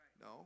No